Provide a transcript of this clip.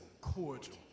cordial